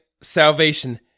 salvation